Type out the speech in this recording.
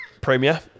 Premier